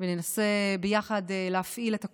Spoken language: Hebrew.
וננסה ביחד להפעיל את הכוח,